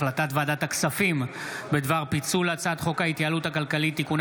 החלטת ועדת הכספים בדבר פיצול הצעת חוק ההתייעלות הכלכלית (תיקוני